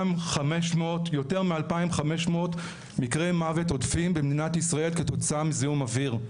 יותר מ-2,500 מקרי מוות עודפים במדינת ישראל כתוצאה מזיהום אוויר.